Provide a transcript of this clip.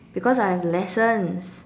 because I have lessons